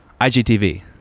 IGTV